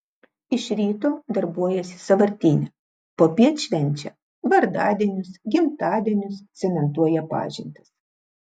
iš ryto darbuojasi sąvartyne popiet švenčia vardadienius gimtadienius cementuoja pažintis